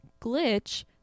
glitch